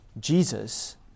Jesus